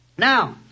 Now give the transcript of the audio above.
Now